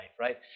right